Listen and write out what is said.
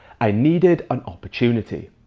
i needed an opportunity.